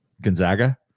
Gonzaga